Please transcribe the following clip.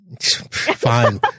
Fine